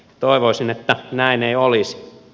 toivoisin että näin ei olisi